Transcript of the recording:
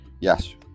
yes